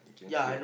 you can see it